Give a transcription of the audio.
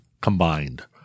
combined